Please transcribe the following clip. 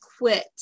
quit